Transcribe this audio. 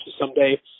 someday